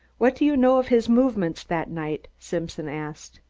what do you know of his movements that night? simpson asked.